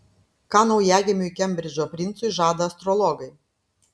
ką naujagimiui kembridžo princui žada astrologai